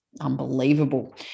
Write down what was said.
unbelievable